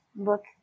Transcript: look